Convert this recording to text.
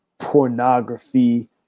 pornography